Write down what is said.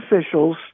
officials